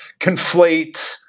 conflate